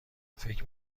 فکر